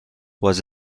was